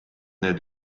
need